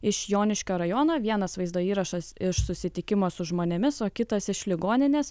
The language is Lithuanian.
iš joniškio rajono vienas vaizdo įrašas iš susitikimo su žmonėmis o kitas iš ligoninės